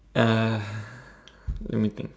uh let me think